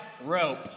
rope